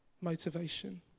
motivation